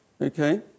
okay